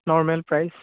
normal price